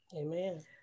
Amen